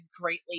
greatly